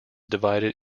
divided